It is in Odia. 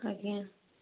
ଆଜ୍ଞା